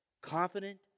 Confident